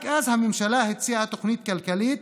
רק אז הממשלה הציעה תוכנית כלכלית,